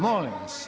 Molim vas.